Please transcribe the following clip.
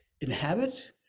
inhabit